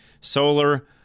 solar